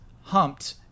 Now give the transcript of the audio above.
humped